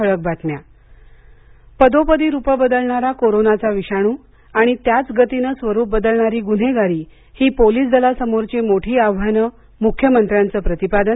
ठळक बातम्या पदोपदी रूपं बदलणारा कोरोनाचा विषाणू आणि त्याच गतीनं स्वरूप बदलणारी गून्हेगारी ही पोलीस दलासमोरची मोठी आव्हानं मुख्यमंत्र्यांचं प्रतिपादन